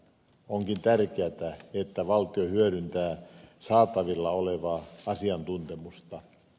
onkin tärkeätä että valtio hyödyntää saatavilla olevaa asiantuntemusta